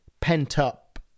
pent-up